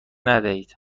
ندهید